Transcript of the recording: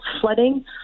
flooding